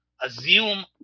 assume